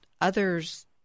others